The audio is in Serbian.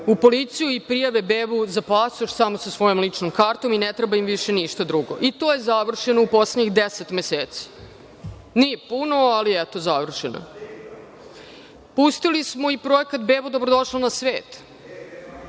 u policiju i prijave bebu za pasoš samo sa svojom ličnom kartom i ne treba im ništa više drugo. To je završeno u poslednjih deset meseci. Nije puno, ali završeno je. Pustili smo i projekat „Bebo, dobrodošla na svet“,